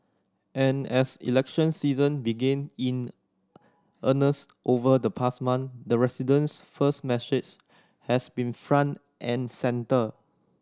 and as election season began in earnest over the past month the residents first message has been front and centre